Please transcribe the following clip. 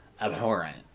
abhorrent